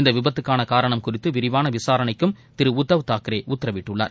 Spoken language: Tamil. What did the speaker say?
இந்த விபத்துக்கான காரணம் குறித்து விரிவான விசாரணைக்கும் திரு உத்தவ் தாக்ரே உத்தரவிட்டுள்ளார்